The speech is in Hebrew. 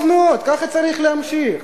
טוב מאוד, ככה צריך להמשיך.